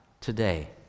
today